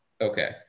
Okay